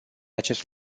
acest